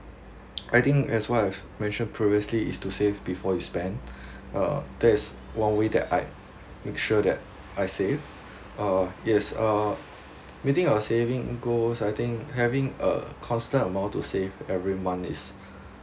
I think as what I've mention previously is to save before you spend uh that is one way that I make sure that I save uh yes uh meeting a saving goals I think having a constant amount to save every month is